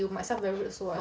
you must sell beverage also [what]